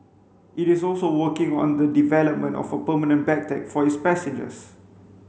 it is also working on the development of a permanent bag tag for its passengers